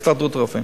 הסתדרות הרופאים?